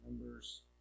Numbers